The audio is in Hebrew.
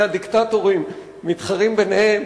שני הדיקטטורים מתחרים ביניהם,